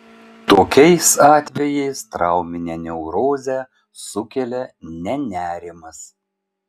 tokiais atvejais trauminę neurozę sukelia ne nerimas